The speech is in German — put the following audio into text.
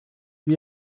wie